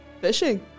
Fishing